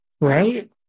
right